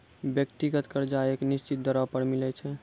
व्यक्तिगत कर्जा एक निसचीत दरों पर मिलै छै